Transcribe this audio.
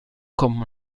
come